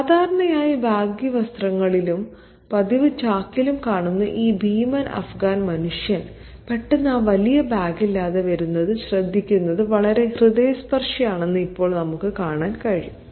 സാധാരണയായി ബാഗി വസ്ത്രങ്ങളിലും പതിവ് ചാക്കിലും കാണുന്ന ഈ ഭീമൻ അഫ്ഗാൻ മനുഷ്യൻ പെട്ടെന്ന് ആ വലിയ ബാഗില്ലാതെ വരുന്നത് ശ്രദ്ധിക്കുന്നത് വളരെ ഹൃദയസ്പർശിയാണെന്ന് ഇപ്പോൾ നമുക്ക് കാണാൻ കഴിയും